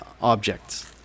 objects